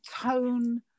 tone